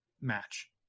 match